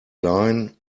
line